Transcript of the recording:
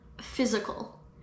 physical